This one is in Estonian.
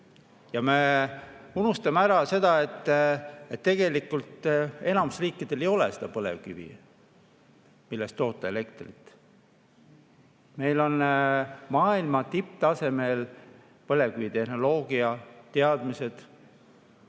Me unustame ära selle, et tegelikult enamikul riikidel ei ole põlevkivi, millest toota elektrit. Meil on maailma tipptasemel põlevkivitehnoloogia ja teadmised